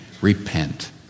Repent